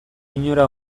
inora